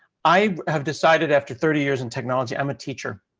i have decided after thirty years in technology, i'm a teacher.